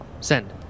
Send